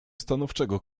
stanowczego